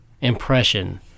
impression